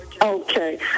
Okay